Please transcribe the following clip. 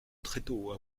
tréteaux